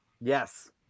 yes